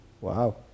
Wow